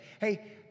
Hey